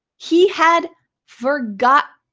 he had forgotten